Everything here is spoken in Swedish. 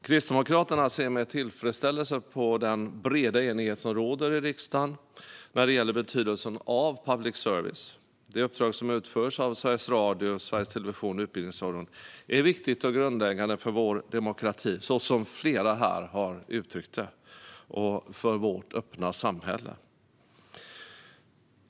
Kristdemokraterna ser med tillfredsställelse på den breda enighet som råder i riksdagen när det gäller betydelsen av public service. Det uppdrag som utförs av Sveriges Radio, Sveriges Television och Utbildningsradion är, som flera här har uttryckt, viktigt och grundläggande för vår demokrati och vårt öppna samhälle.